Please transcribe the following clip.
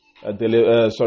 sorry